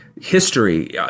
history